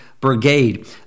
brigade